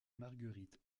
marguerite